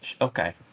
Okay